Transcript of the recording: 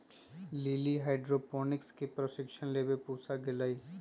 lily hydroponics के प्रशिक्षण लेवे पूसा गईलय